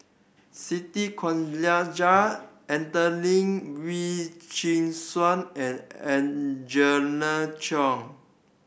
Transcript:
Siti Khalijah Adelene Wee Chin Suan and Angela